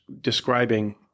describing